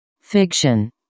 fiction